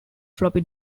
floppy